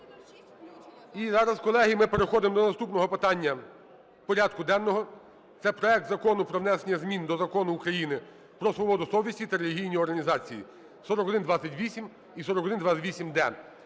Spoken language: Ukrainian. І зараз, колеги, ми переходимо до наступного питання порядку денного. Це проект Закону про внесення змін до Закону України "Про свободу совісті та релігійні організації" (4128 і 4128-д).